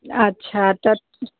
अच्छा तऽ